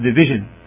division